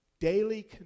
daily